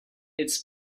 its